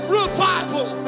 revival